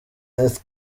kenneth